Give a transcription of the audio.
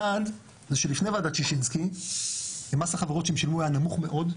אחד זה שלפני ועדת שישינסקי מס החברות שהם שילמו היה נמוך מאוד,